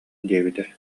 диэбитэ